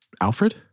Alfred